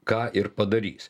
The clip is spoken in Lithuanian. ką ir padarys